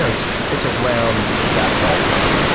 so it's it's around that ballpark.